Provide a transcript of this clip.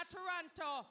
Toronto